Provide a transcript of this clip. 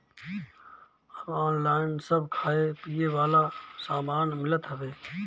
अब ऑनलाइन सब खाए पिए वाला सामान मिलत हवे